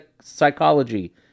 psychology